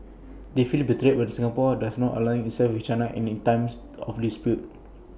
they feel betrayed when Singapore does not align itself with China in times of dispute